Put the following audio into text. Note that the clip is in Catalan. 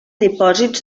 dipòsits